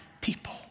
people